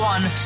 One